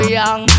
young